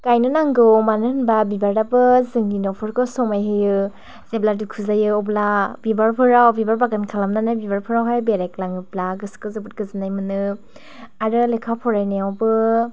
गायनो नांगौ मानो होनबा बिबाराबो जोंनि न'फोरखौ समाय होयो जेब्ला दुखु जायो अब्ला बिबारफोराव बिबार बागान खालामनानै बिबारफ्रावहाय बेरायग्लाङोब्ला गोसोखौ जोबोर गोजोननाय मोनो आरो लेखा फरायनायावबो